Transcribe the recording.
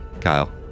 Kyle